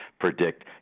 predict